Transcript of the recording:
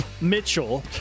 Mitchell